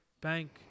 bank